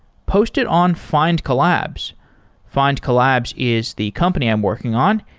post it on find collabs. find collabs is the company i'm working on.